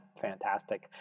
fantastic